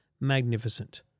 magnificent